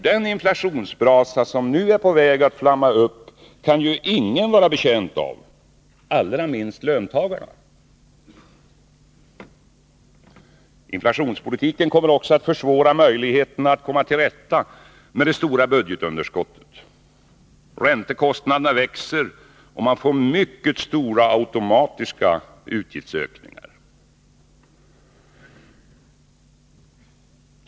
Den inflationsbrasa som nu är på väg att flamma upp kan ingen vara betjänt av — allra minst löntagarna. Inflationspolitiken kommer också att försvåra möjligheterna att komma till rätta med det stora budgetunderskottet. Räntekostnaderna växer och man får mycket stora automatiska utgiftsökningar.